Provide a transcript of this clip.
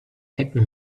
techno